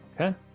Okay